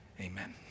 Amen